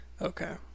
Okay